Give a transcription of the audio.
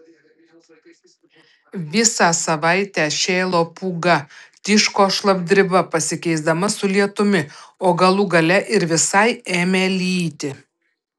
visą savaitę šėlo pūga tiško šlapdriba pasikeisdama su lietumi o galų gale ir visai ėmė lyti